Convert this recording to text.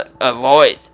avoid